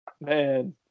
Man